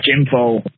info